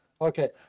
Okay